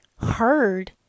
heard